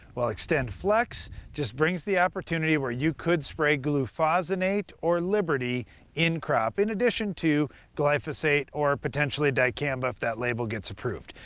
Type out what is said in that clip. well xtendflex just brings the opportunity where you could spray glufosinate or liberty in-crop in addition to glyphosate, or potentially dicamba, if that label gets approved.